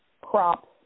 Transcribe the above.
crops